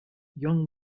young